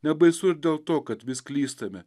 nebaisu ir dėl to kad vis klystame